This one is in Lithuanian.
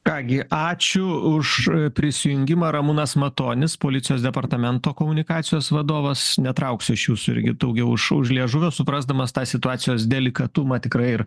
ką gi ačiū už prisijungimą ramūnas matonis policijos departamento komunikacijos vadovas netrauksiu aš jūsų irgi daugiau už už liežuvio suprasdamas tą situacijos delikatumą tikrai ir